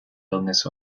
illness